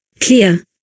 Clear